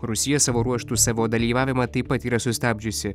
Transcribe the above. rusija savo ruožtu savo dalyvavimą taip pat yra sustabdžiusi